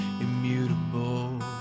Immutable